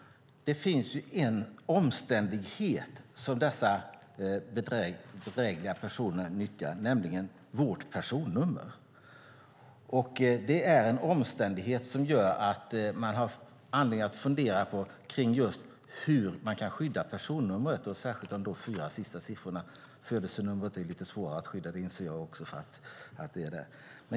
Det finns en omständighet som dessa bedrägliga personer utnyttjar, nämligen vårt personnummer. Det gör att vi har anledning att fundera över hur man kan skydda personnumret och då just de fyra sista siffrorna - födelsenumret är ju lite svårare att skydda.